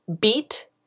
beat